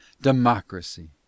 democracy